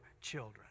children